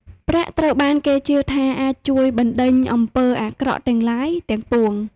ប្រាក់ត្រូវបានគេជឿថាអាចជួយបណ្តេញអំពើអាក្រក់ទាំងឡាយ ទាំងពួង។